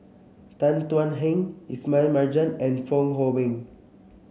Tan Thuan Heng Ismail Marjan and Fong Hoe Beng